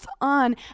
on